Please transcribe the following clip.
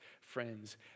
Friends